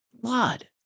blood